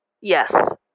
Yes